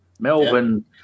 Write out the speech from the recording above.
melbourne